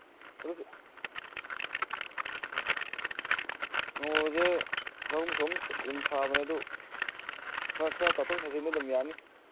ꯑꯗꯨ ꯔꯧꯁꯦ ꯆꯍꯨꯝ ꯆꯍꯨꯝ ꯑꯗꯨꯝ ꯁꯥꯕꯅꯤ ꯑꯗꯨ ꯈꯔ ꯇꯥꯊꯣꯛ ꯇꯥꯁꯤꯟꯗꯤ ꯑꯗꯨꯝ ꯌꯥꯅꯤ